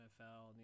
NFL